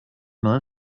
neue